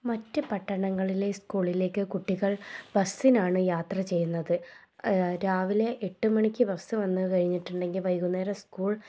മറ്റ് പട്ടണങ്ങളിലെ സ്കൂളിലേക്ക് കുട്ടികൾ ബസ്സിനാണ് യാത്ര ചെയ്യുന്നത് രാവിലെ എട്ട് മണിക്ക് ബസ്സ് വന്ന് കഴിഞ്ഞിട്ടുണ്ടെങ്കിൽ വൈകുന്നേരം സ്കൂൾ